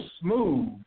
smooth